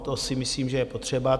To si myslím, že je potřeba.